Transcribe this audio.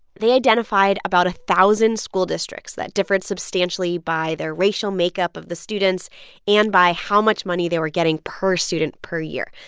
they identified about a thousand school districts that differed substantially by their racial makeup of the students and by how much money they were getting per student per year.